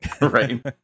Right